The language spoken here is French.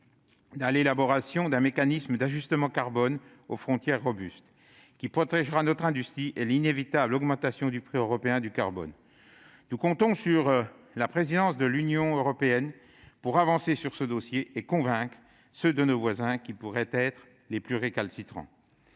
à l'élaboration d'un robuste mécanisme d'ajustement carbone aux frontières, qui protégera notre industrie de l'inévitable augmentation du prix européen du carbone. Nous comptons sur la présidence française du Conseil de l'Union européenne pour avancer sur ce dossier et convaincre ceux de nos voisins qui pourraient être les plus récalcitrants.